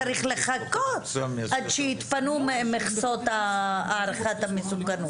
צריך לחכות עד שיתפנו מכסות הערכת המסוכנות.